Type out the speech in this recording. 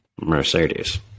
Mercedes